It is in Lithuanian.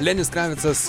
lenis kavicas